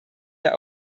der